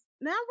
Now